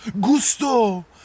gusto